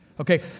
Okay